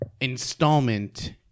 installment